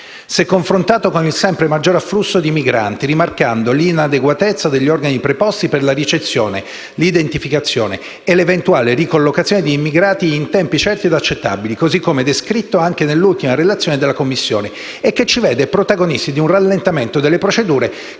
se confrontato con il sempre maggior afflusso di migranti», rimarcando l'inadeguatezza degli organi preposti per la ricezione, l'identificazione e l'eventuale ricollocazione di immigrati in tempi certi e accettabili, così come descritto anche nell'ultima relazione della Commissione e che ci vede protagonisti di un rallentamento delle procedure